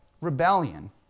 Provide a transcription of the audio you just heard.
rebellion